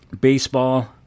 Baseball